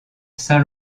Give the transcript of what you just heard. saint